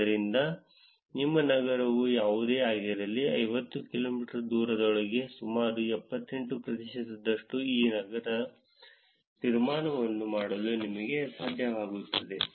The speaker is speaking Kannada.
ಆದ್ದರಿಂದ ನಿಮ್ಮ ನಗರವು ಯಾವುದೇ ಆಗಿರಲಿ 50 ಕಿಲೋಮೀಟರ್ ದೂರದೊಳಗೆ ಸುಮಾರು 78 ಪ್ರತಿಶತದಷ್ಟು ಆ ನಗರದ ತೀರ್ಮಾನವನ್ನು ಮಾಡಲು ನಮಗೆ ಸಾಧ್ಯವಾಗುತ್ತದೆ